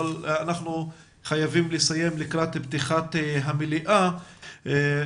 אבל אנחנו חייבים לסיים לקראת פתיחת ישיבת המליאה של הכנסת.